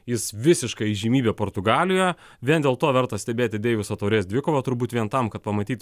jis visiška įžymybė portugalijoje vien dėl to verta stebėti deiviso taurės dvikovą turbūt vien tam kad pamatyti